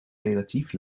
relatief